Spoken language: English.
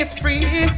free